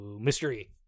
mystery